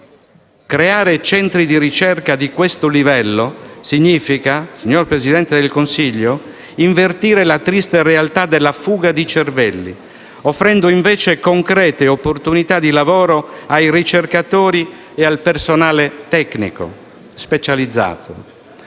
Creare centri di ricerca di questo livello significa, signor Presidente del Consiglio, invertire la triste realtà della fuga di cervelli, offrendo invece concrete opportunità di lavoro ai ricercatori e al personale tecnico specializzato.